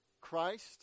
Christ